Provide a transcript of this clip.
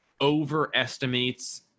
overestimates